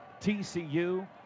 tcu